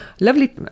lovely